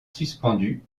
suspendu